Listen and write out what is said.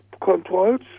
controls